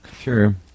Sure